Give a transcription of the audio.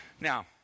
Now